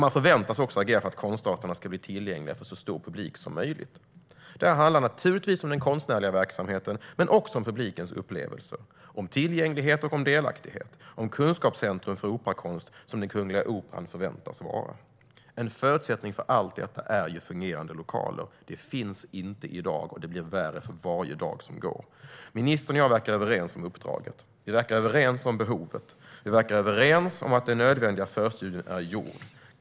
Man förväntas också agera för att konstarterna ska bli tillgängliga för en så stor publik som möjligt. Det handlar naturligtvis om den konstnärliga verksamheten men också om publikens upplevelser, om tillgänglighet och delaktighet och om det kunskapscentrum för operakonst som Kungliga Operan förväntas vara. En förutsättning för allt detta är ju fungerande lokaler. Det finns inte i dag, och det blir värre för varje dag som går. Ministern och jag verkar vara överens om uppdraget. Vi verkar vara överens om behovet. Vi verkar vara överens om att den nödvändiga förstudien är gjord.